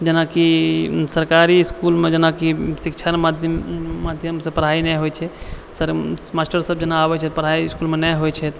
जेनाकि सरकारी इसकुमे जेनाकि शिक्षण माध्यमसँ पढ़ाइ नहि होइ छै सर मास्टर सब जेना आबए छै पढ़ाइ इसकुलमे नहि होइत छै